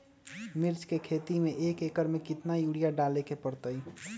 मिर्च के खेती में एक एकर में कितना यूरिया डाले के परतई?